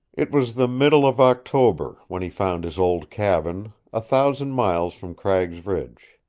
it was the middle of october when he found his old cabin, a thousand miles from cragg's ridge.